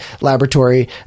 laboratory